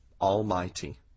Almighty